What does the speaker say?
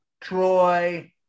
Troy